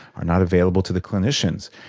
are not available to the clinicians.